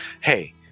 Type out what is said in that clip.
hey